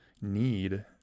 need